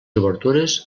obertures